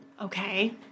Okay